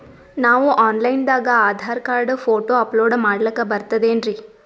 ನಾವು online ದಾಗ Aadhaar card, photo upload ಮಾಡ್ಲಕ ಬರ್ತದೇನ್ರಿ?